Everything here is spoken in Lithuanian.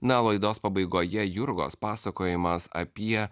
na o laidos pabaigoje jurgos pasakojimas apie